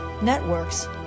networks